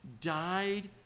died